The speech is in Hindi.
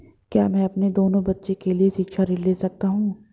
क्या मैं अपने दोनों बच्चों के लिए शिक्षा ऋण ले सकता हूँ?